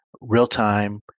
real-time